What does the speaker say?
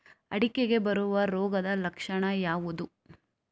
ಅಡಿಕೆಗೆ ಬರುವ ರೋಗದ ಲಕ್ಷಣ ಯಾವುದು?